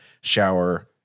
shower